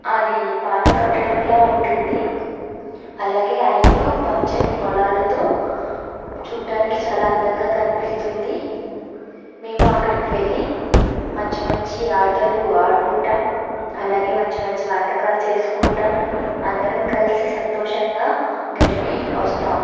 అది పాత కట్టడంలాగా ఉంటుంది అలాగే ఆ ఇల్లు పచ్చని పొలాలతో చూడడానికి చాలా అందంగా కనిపిస్తుంది మేము అక్కడికి వెళ్ళి మంచి మంచి ఆటలు ఆడుకుంటాం అలాగే మంచి మంచి వంటకాలు చేసుకుంటాం అందరం కలిసి సంతోషంగా గడిపి వస్తాం